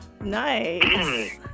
nice